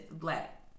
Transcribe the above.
black